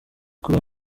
kuri